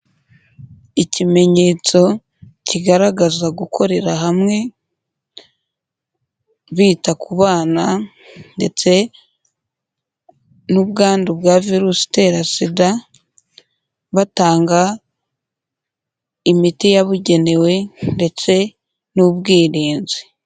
Ikimenyetso kigaragaza gukorera hamwe bita ku bana ndetse n'ubwandu bwa virusi itera sida batanga imiti yabugenewe ndetse n'ubwirinzi.